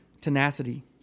tenacity